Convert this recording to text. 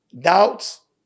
Doubts